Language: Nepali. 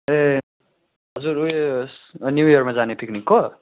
ए हजुर उयो न्यु इयरमा जाने पिकनिकको